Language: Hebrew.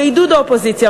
בעידוד האופוזיציה,